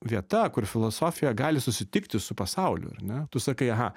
vieta kur filosofija gali susitikti su pasauliu ar ne tu sakai aha